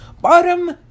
Bottom